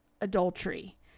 adultery